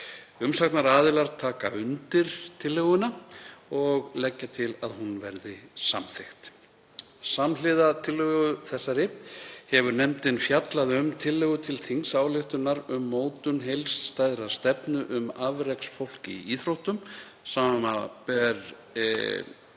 Umsagnaraðilar taka undir tillöguna og leggja til að hún verði samþykkt. Samhliða tillögu þessari hefur nefndin fjallað um tillögu til þingsályktunar um mótun heildstæðrar stefnu um afreksfólk í íþróttum, sbr.